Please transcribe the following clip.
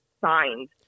signed